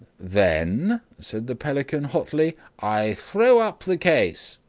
then, said the pelican, hotly, i throw up the case,